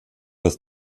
das